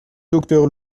docteur